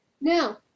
Now